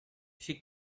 she